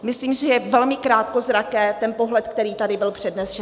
Myslím, že je velmi krátkozraký ten pohled, který tady byl přednesen.